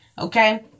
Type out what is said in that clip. okay